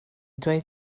dweud